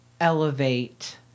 elevate